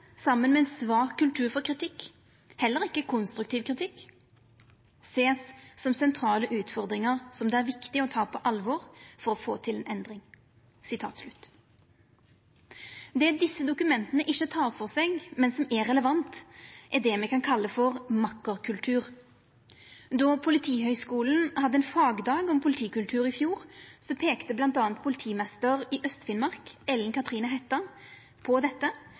med svak kultur for kritikk, heller ikke konstruktiv kritikk, ses som sentrale utfordringer som det er viktig å ta på alvor for å få til endring.» Det desse dokumenta ikkje tek for seg, men som er relevant, er det me kan kalla makkerkultur. Då Politihøgskolen hadde ein fagdag om politikultur i fjor, peika bl.a. politimeister i Øst-Finnmark, Ellen Katrine Hætta, på dette